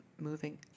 moving